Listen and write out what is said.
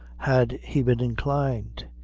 had he been inclined.